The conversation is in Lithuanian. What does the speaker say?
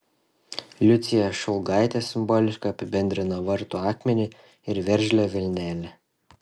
liucija šulgaitė simboliškai apibendrina vartų akmenį ir veržlią vilnelę